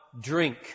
drink